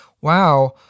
wow